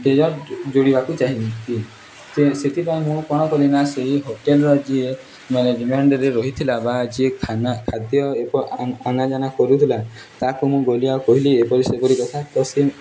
dessert ଯୋଡ଼ିବାକୁ ଚାହିଁଲି ସେଥିପାଇଁ ମୁଁ କ'ଣ କଲିନା ସେଇ ହୋଟେଲ୍ର ଯିଏ ମ୍ୟାନେଜମେଣ୍ଟରେ ରହିଥିଲା ବା ଯିଏ ଖାନା ଖାଦ୍ୟ ଅନା ଜାନା କରୁଥିଲା ତାକୁ ମୁଁ କହିଲି ଏପରି ସେପରି କଥା ତ ସେ